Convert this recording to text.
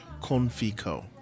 Confico